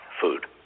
food